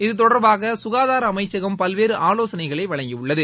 இது தொடர்பாக சுனதார அமைச்சகம் பல்வேறு ஆலோசனைகளை வழங்கியுள்ளது